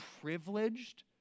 privileged